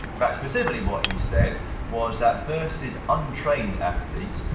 in fact, specifically what he said was that versus untrained athletes,